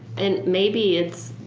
and maybe it's,